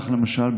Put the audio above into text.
למשל,